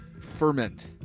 ferment